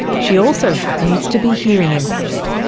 she also happens to be hearing impaired.